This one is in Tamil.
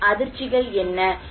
எனவே அதிர்ச்சிகள் என்ன